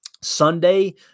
Sunday